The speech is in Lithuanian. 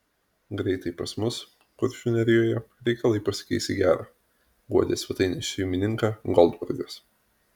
greitai pas mus kuršių nerijoje reikalai pasikeis į gera guodė svetainės šeimininką goldbergas